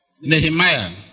Nehemiah